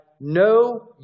No